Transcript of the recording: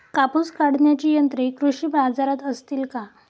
कापूस काढण्याची यंत्रे कृषी बाजारात असतील का?